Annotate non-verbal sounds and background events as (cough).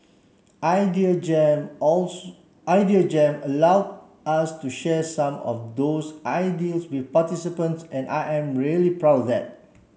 Idea Jam (unintelligible) Idea Jam allowed us to share some of those ideals with participants and I am really proud of that